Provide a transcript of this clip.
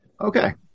Okay